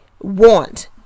want